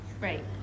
Right